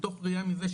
מתוך ראיה מזה,